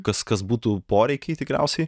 kas kas būtų poreikiai tikriausiai